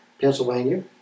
Pennsylvania